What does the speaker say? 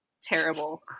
terrible